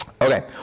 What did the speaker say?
Okay